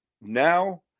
now